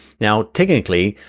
now, technically,